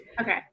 Okay